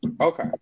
Okay